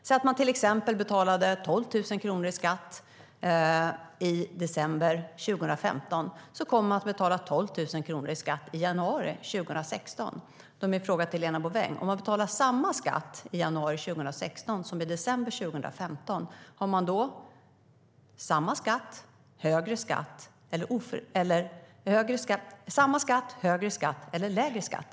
Om man betalade 12 000 kronor i skatt i december 2015 kommer man att betala 12 000 kronor i skatt i januari 2016. Min fråga till Helena Bouveng är: Om man betalar lika mycket skatt i januari 2016 som i december 2015, har man då samma skatt, högre skatt eller lägre skatt?